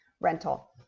rental